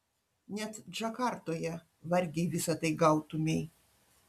net džakartoje vargiai visa tai gautumei